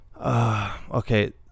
okay